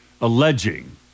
alleging